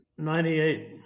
98